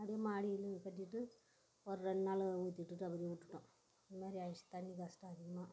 அப்படியே மாடி வீடும் கட்டிட்டு ஒரு ரெண்டு நாள் ஊற்றிட்டு டக்குன்னு விட்டுட்டோம் இது மாதிரி ஆயிடுச்சு தண்ணி கஷ்டம் அதிகமாக